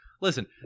Listen